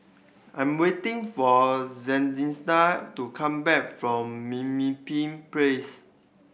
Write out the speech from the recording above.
I'm waiting for Celestia to come back from Mimpin Place